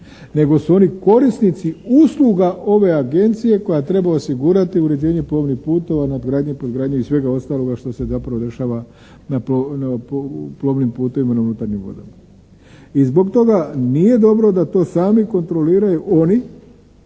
nego su oni korisnici usluga ove agencije koja treba osigurati uređenje plovnih putova, nadgradnje …/Govornik se ne razumije./… i svega ostaloga što se zapravo rješava u plovnim putevima na unutarnjim vodama. I zbog toga nije dobro da to sami kontroliraju oni